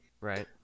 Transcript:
Right